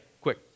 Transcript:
quick